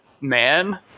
man